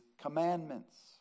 commandments